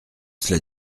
cela